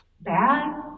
bad